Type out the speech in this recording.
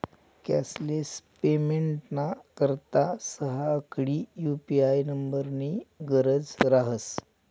cashless पेमेंटना करता सहा आकडी यु.पी.आय नम्बरनी गरज रहास